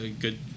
good